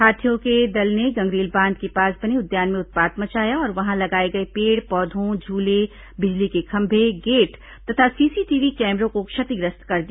हाथियों के दल ने गंगरेल बांध के पास बने उद्यान में उत्पात मचाया और वहां लगाए गए पेड़ पौधों झूले बिजली के खंभे गेट तथा सीसीटीवी कैमरों को क्षतिग्रस्त कर दिया